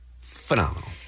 phenomenal